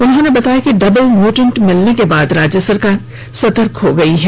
उन्होंने बताया कि डबल म्यूटेंट मिलने के बाद राज्य सरकार सतर्क हो गयी है